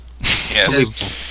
Yes